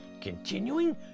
Continuing